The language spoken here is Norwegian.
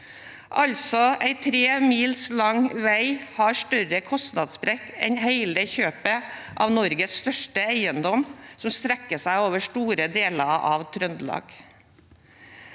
En vei på tre mil har altså større kostnadssprekk enn hele kjøpet av Norges største eiendom, som strekker seg over store deler av Trøndelag.